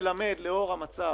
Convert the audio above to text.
לאור המצב,